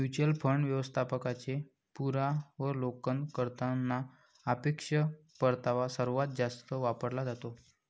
mutual fund व्यवस्थापकांचे पुनरावलोकन करताना सापेक्ष परतावा सर्वात जास्त वापरला जातो